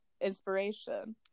inspiration